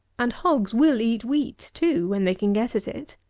and hogs will eat wheat, too, when they can get at it.